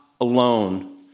alone